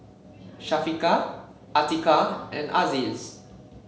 Syafiqah Atiqah and Aziz